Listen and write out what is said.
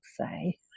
say